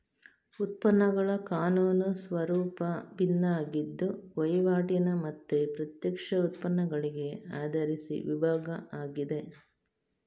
ಉತ್ಪನ್ನಗಳ ಕಾನೂನು ಸ್ವರೂಪ ಭಿನ್ನ ಆಗಿದ್ದು ವೈವಾಟಿನ ಮತ್ತೆ ಪ್ರತ್ಯಕ್ಷ ಉತ್ಪನ್ನಗಳಿಗೆ ಆಧರಿಸಿ ವಿಭಾಗ ಆಗಿದೆ